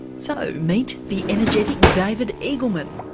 so meet the energetic david eagleman.